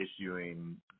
issuing